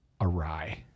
awry